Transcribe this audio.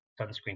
sunscreen